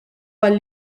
għal